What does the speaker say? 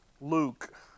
Luke